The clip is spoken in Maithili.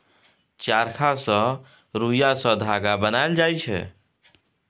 चरखा सँ रुइया सँ धागा बनाएल जाइ छै